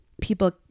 people